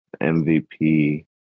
MVP